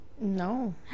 No